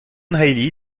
reilly